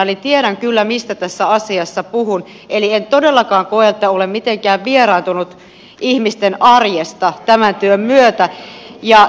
eli tiedän kyllä mistä tässä asiassa puhun eli en todellakaan koe että olen mitenkään vieraantunut ihmisten arjesta tämän työn myötä